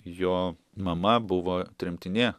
jo mama buvo tremtinė